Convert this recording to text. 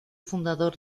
fundador